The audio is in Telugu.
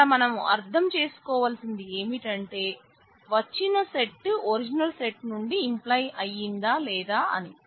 ఇక్కడ మనం అర్థం చేసుకోవాల్సింది ఏమిటంటే వచ్చిన సెట్ ఒరిజినల్ సెట్ నుండి ఇంప్లై అయ్యిందా లేదా అని